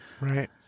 right